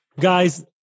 Guys